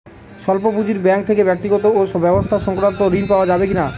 স্বল্প পুঁজির ব্যাঙ্ক থেকে ব্যক্তিগত ও ব্যবসা সংক্রান্ত ঋণ পাওয়া যাবে কিনা?